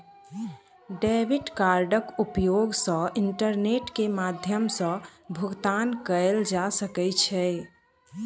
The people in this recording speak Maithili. डेबिट कार्डक उपयोग सॅ इंटरनेट के माध्यम सॅ भुगतान कयल जा सकै छै